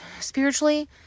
Spiritually